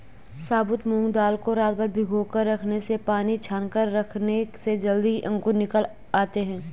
साबुत मूंग दाल को रातभर भिगोकर रखने से पानी छानकर रखने से जल्दी ही अंकुर निकल आते है